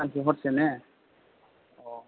सानसे हरसे ने